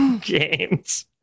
games